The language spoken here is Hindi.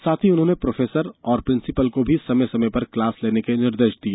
साथ ही उन्होंने प्रोफेसर और प्रिंसिपल को भी समय समय पर क्लास लेने के निर्देश दिए